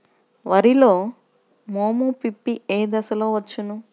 వరిలో మోము పిప్పి ఏ దశలో వచ్చును?